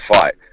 fight